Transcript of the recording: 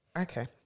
Okay